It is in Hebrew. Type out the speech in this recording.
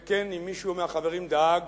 וכן, אם מישהו מהחברים דאג,